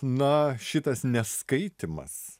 na šitas neskaitymas